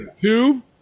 Two